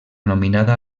nominada